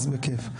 בכיף.